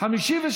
דיבור,